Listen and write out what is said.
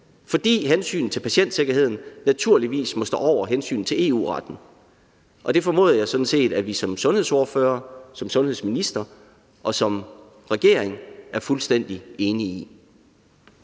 fordi hensynet til patientsikkerheden naturligvis må stå over hensynet til EU-retten, og det formoder jeg sådan set at sundhedsordførerne, sundhedsministeren og regeringen er fuldstændig enige i.